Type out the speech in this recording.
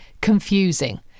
confusing